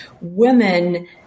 women